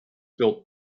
built